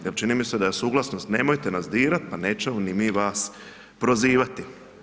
Jer čini mi se da je suglasnost, nemojte nas dirati pa nećemo niti mi vas prozivati.